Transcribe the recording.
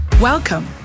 Welcome